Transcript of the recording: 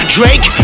Drake